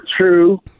true